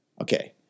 Okay